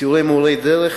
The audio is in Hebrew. סיורי מורי דרך,